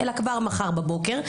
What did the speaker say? אלא כבר מחר בבוקר,